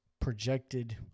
projected